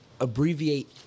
abbreviate